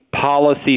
policy